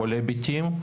בכל ההיבטים.